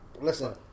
Listen